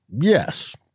Yes